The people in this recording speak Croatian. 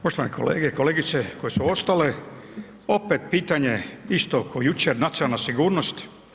Poštovani kolege i kolegice koje su ostale, opet pitanje isto ko jučer nacionalna sigurnost.